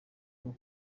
rwo